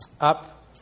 up